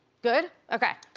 good, okay,